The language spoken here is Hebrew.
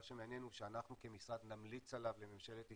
מה שמעניין הוא שאנחנו כמשרד נמליץ עליו לממשלת ישראל,